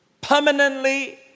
permanently